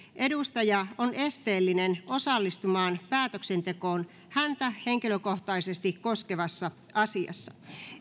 edustaja on esteellinen osallistumaan päätöksentekoon häntä henkilökohtaisesti koskevassa asiassa